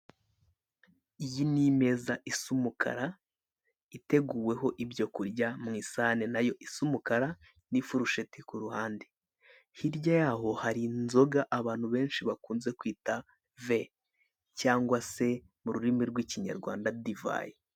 Iyi ni imeza isa umukara iteguweho ibyo kurya mu isahane nayo isa umukara n'ifurusheti ku ruhande, hirya yaho hari inzoga abantu benshi bakunze kwita ve cyangwa se mu rurimi rw'ikinyarwanda divayi.